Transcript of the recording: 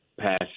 pass